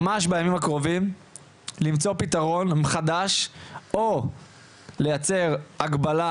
אנחנו צריכים ממש בימים הקרובים למצוא פתרון חדש או לייצר הגבלה